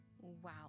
Wow